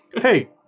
Hey